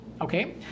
okay